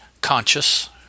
conscious